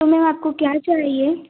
तो मैम आपको क्या चाहिए